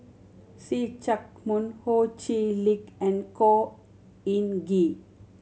See Chak Mun Ho Chee Lick and Khor Ean Ghee